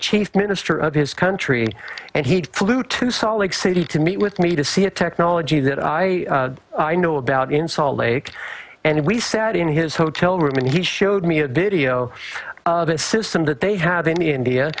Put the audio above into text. chief minister of his country and he flew to salt lake city to meet with me to see a technology that i know about in salt lake and we sat in his hotel room and he showed me a video system that they have any india